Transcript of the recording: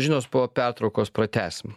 žinos po pertraukos pratęsim